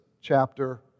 chapter